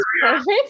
perfect